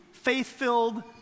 Faith-filled